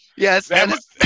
Yes